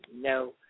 no